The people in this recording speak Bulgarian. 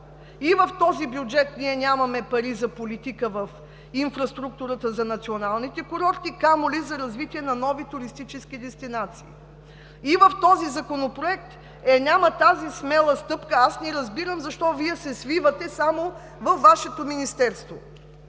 И в този бюджет ние нямаме пари за политика в инфраструктурата за националните курорти, камо ли за развитие на нови туристически дестинации, и в този законопроект я няма тази смела стъпка. Аз не разбирам защо Вие се свивате само във Вашето Министерство?